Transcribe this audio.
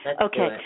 Okay